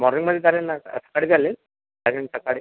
मॉर्निंगमध्ये चालेल ना सकाळी चालेल कारण सकाळी